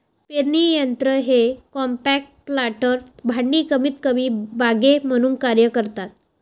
पेरणी यंत्र हे कॉम्पॅक्ट प्लांटर भांडी कमीतकमी बागे म्हणून कार्य करतात